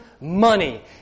money